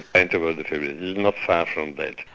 kind of ah defibrillators, not far from that.